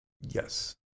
Yes